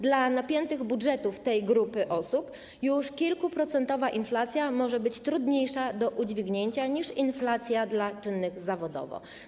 Dla napiętych budżetów tej grupy osób już kilkuprocentowa inflacja może być trudniejsza do udźwignięcia niż inflacja dla osób czynnych zawodowo˝